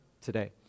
today